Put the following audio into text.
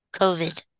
COVID